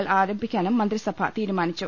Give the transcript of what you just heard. കൾ ആരംഭിക്കാനും മന്ത്രിസഭ തീരുമാനിച്ചു